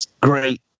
Great